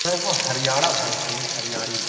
अरे हमको हरयाणा भैंस चाहिए हरयाणी